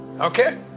okay